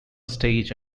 stage